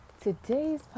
Today's